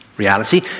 Reality